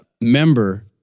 member